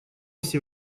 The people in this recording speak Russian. все